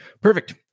perfect